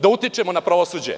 Da utičemo na pravosuđe?